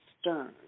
stern